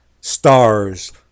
stars